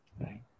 Right